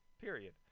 period